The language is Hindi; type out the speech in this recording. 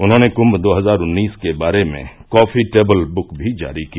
उन्होंने कुंम दो हजार उन्नीस के बारे में कॉफी टेबल बुक भी जारी की